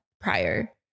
prior